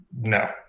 No